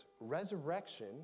resurrection